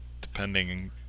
depending